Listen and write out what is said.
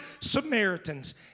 Samaritans